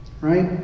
Right